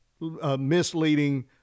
misleading